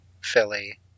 Philly